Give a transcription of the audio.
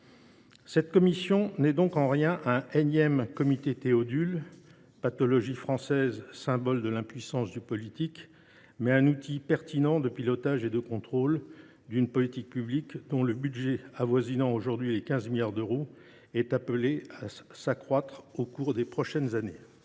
Cette commission n’est donc en rien un énième comité Théodule, symptôme d’une pathologie française, symbole de l’impuissance du politique, mais un outil pertinent de pilotage et de contrôle d’une politique publique dont le budget, qui avoisine déjà 15 milliards d’euros, est appelé à croître au cours des prochaines années.